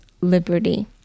liberty